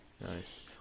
Nice